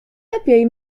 lepiej